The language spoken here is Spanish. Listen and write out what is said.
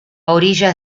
orillas